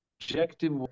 objective